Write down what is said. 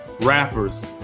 rappers